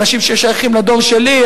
אנשים ששייכים לדור שלי,